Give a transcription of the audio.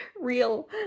real